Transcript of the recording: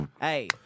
Hey